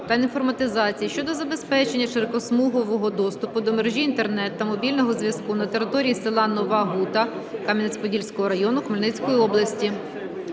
та інформатизації щодо забезпечення широкосмугового доступу до мережі Інтернет та мобільного зв'язку на території села Нова Гута Кам'янець-Подільського району Хмельницької області.